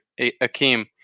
Akeem